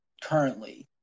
currently